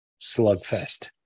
slugfest